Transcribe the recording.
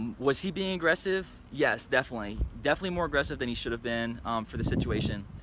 was he being aggressive? yes definitely, definitely more aggressive than he should have been um for the situation,